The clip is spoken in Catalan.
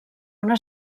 una